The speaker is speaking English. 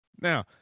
Now